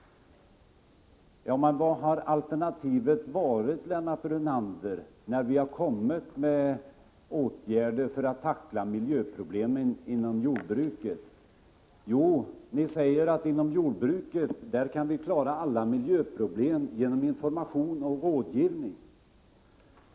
Men vad har alternativet varit, Lennart Brunander, när vi har kommit med förslag till åtgärder för att tackla miljöproblemen inom jordbruket? Jo, ni har sagt: Inom jordbruket kan vi klara alla miljöproblem genom information och rådgivning.